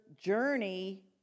journey